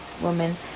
woman